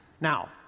Now